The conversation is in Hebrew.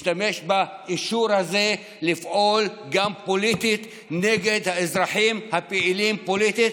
ישתמש באישור הזה לפעול גם פוליטית נגד האזרחים הפעילים פוליטית